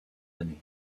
années